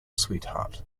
sweetheart